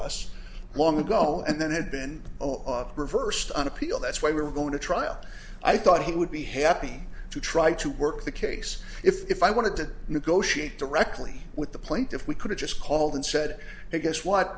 us long ago and then had been reversed on appeal that's why we were going to trial i thought he would be happy to try to work the case if i wanted to negotiate directly with the plaintiff we could have just called and said hey guess what